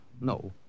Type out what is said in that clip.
No